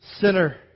sinner